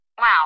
Wow